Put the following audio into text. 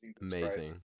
amazing